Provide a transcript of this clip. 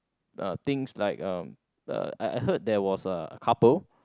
uh things like uh I I heard there was a couple